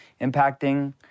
impacting